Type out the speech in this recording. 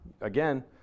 again